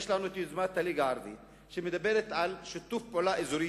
יש לנו את יוזמת הליגה הערבית שמדברת על שיתוף פעולה אזורי,